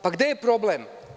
Pa, gde je problem?